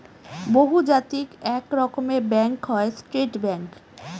বহুজাতিক এক রকমের ব্যাঙ্ক হয় স্টেট ব্যাঙ্ক